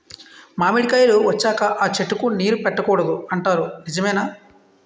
మామిడికాయలు వచ్చాక అ చెట్టుకి నీరు పెట్టకూడదు అంటారు నిజమేనా?